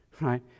right